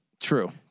true